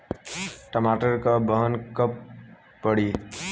टमाटर क बहन कब पड़ी?